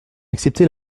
accepter